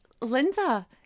Linda